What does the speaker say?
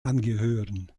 angehören